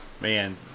man